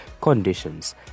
conditions